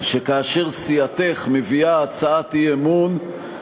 שכאשר סיעתך מביאה הצעת אי-אמון,